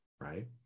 right